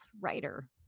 writer